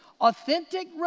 Authentic